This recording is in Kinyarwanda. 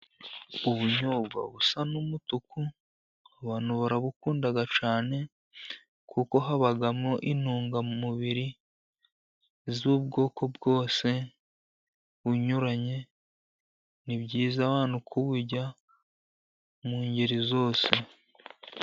Ubunyobwa busa n'umutuku, abantu barabukunda cyane kuko habamo intungamubiri z'ubwoko bwose bunyuranye. Ni byiza abantu kuburya mu ngeri zose.